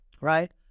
right